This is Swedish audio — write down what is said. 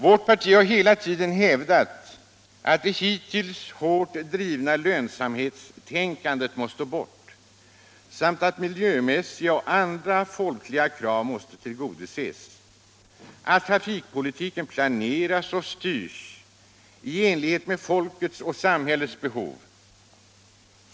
Vårt parti har hela tiden hävdat att det hittills hårt drivna lönsamhetstänkandet måste bort samt att miljömässiga och andra krav från folket måste tillgodoses. Trafikpolitiken skall planeras och styras i enlighet med folkets och samhällets behov.